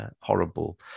horrible